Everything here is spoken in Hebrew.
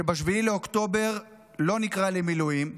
שב-7 באוקטובר לא נקרא למילואים,